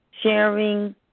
sharing